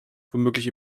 womöglich